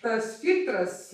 tas filtras